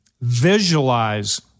Visualize